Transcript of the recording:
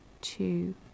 two